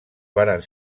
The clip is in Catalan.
varen